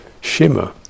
shimmer